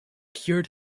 cured